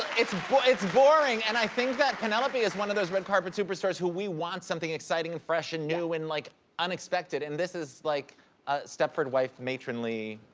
it's it's boring, and i think that penelope is one of those red carpet super stars who we want something exciting, and fresh, and new, and like unexpected. and, this is like a stepford wife, matronly.